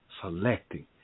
selecting